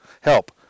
help